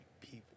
people